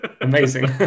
Amazing